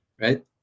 Right